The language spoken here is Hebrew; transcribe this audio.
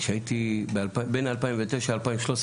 בין 2019 ל-2013,